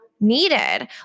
Needed